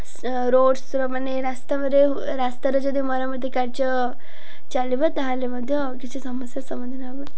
ରୋଡ଼୍ସ୍ର ମାନେ ରାସ୍ତାର ରାସ୍ତାରେ ଯଦି ମରାମତି କାର୍ଯ୍ୟ ଚାଲିବ ତାହେଲେ ମଧ୍ୟ କିଛି ସମସ୍ୟାର ସମାଧାନ ହବ